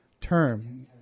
term